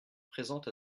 présente